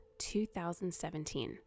2017